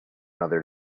mother